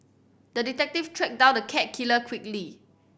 the detective tracked down the cat killer quickly